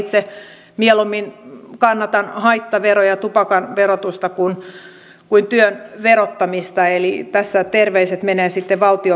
itse mieluummin kannatan haittaveroja tupakan verotusta kuin työn verottamista eli tässä terveiset menevät sitten valtiovarainministerille